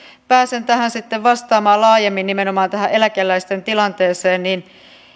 pääsen vastaamaan laajemmin nimenomaan tähän eläkeläisten tilanteeseen niin